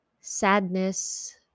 sadness